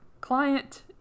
client